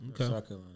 Okay